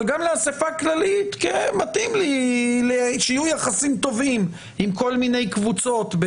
אבל גם לאספה הכללית כי מתאים לו שיהיו יחסים טובים עם כל מיני קבוצות.